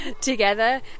together